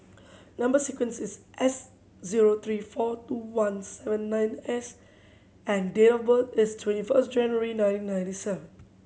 number sequence is S zero three four two one seven nine S and date of birth is twenty first January nineteen ninety seven